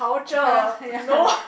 ya